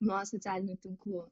nuo socialinių tinklų